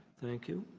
thank you.